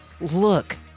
Look